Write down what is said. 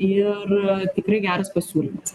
ir tikrai geras pasiūlymas